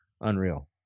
unreal